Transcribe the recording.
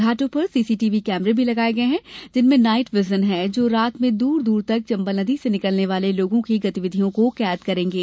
घाटों पर सीसीटीवी कैमरे भी लगाये गये है जिनमें नाइट बिजन है जो रात में दूर दूर तक चंबल नदी से निकलने वाले लोगों की गतिविधियों को कैद करेंगे